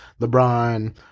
LeBron